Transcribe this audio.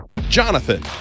Jonathan